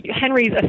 Henry's